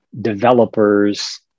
developers